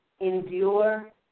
endure